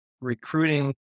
recruiting